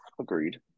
agreed